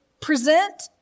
present